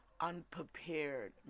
unprepared